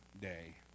day